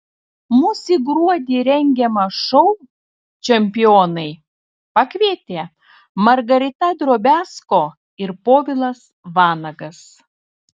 mus į gruodį rengiamą šou čempionai pakvietė margarita drobiazko ir povilas vanagas